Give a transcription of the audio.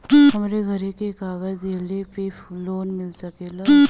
हमरे घरे के कागज दहिले पे लोन मिल सकेला?